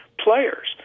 Players